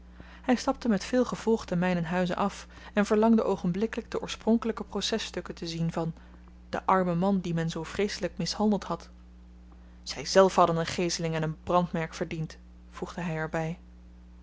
hy stapte met veel gevolg ten mynen huize af en verlangde oogenblikkelyk de oorspronkelyke processtukken te zien van den armen man dien men zoo vreeselyk mishandeld had zyzelf hadden een geeseling en een brandmerk verdiend voegde hy er